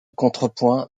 contrepoint